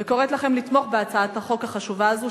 וקוראת לכם לתמוך בהצעת החוק החשובה הזאת,